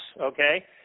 okay